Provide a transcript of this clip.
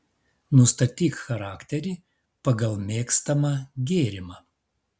nustatyk charakterį pagal mėgstamą gėrimą